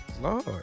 Lord